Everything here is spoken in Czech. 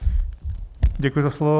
Děkuji za slovo.